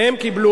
והם קיבלו,